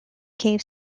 cave